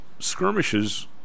Skirmishes